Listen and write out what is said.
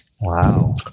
Wow